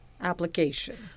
application